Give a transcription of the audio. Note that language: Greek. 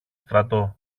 στρατό